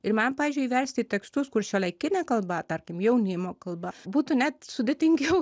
ir man pavyzdžiui versti tekstus kur šiuolaikinė kalba tarkim jaunimo kalba būtų net sudėtingiau